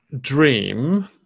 dream